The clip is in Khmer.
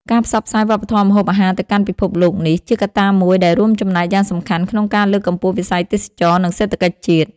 ការផ្សព្វផ្សាយវប្បធម៌ម្ហូបអាហារទៅកាន់ពិភពលោកនេះ ជាកត្តាមួយដែលរួមចំណែកយ៉ាងសំខាន់ក្នុងការលើកកម្ពស់វិស័យទេសចរណ៍ និងសេដ្ឋកិច្ចជាតិ។